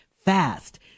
fast